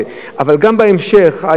אבל גם בהמשך,